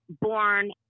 born